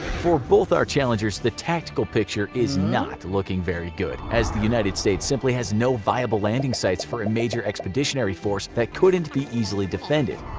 for both our challengers, the tactical picture is not looking very good, as the united states simply has no viable landing sites for a major expeditionary force that couldn't be easily defended.